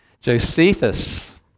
Josephus